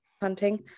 hunting